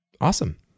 Awesome